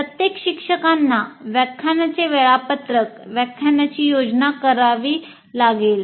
प्रत्येक शिक्षकांना व्याख्यानाचे वेळापत्रक व्याख्यानाची योजना तयार करावी लागेल